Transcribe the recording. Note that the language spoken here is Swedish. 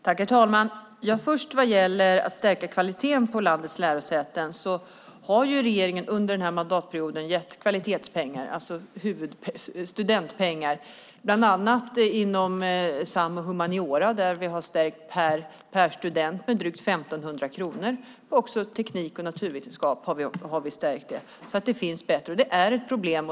Herr talman! När det gäller att stärka kvaliteten vid landets lärosäten har regeringen under den här mandatperioden gett kvalitetspengar, studentpengar, bland annat till samhällsvetenskap och humaniora. Där har vi stärkt med drygt 1 500 kronor per student. Likaså har vi stärkt inom teknik och naturvetenskap. Det har blivit bättre, men det finns fortfarande problem.